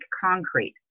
concrete